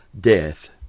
death